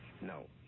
No